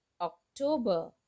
October